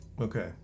Okay